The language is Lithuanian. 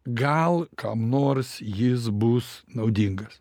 gal kam nors jis bus naudingas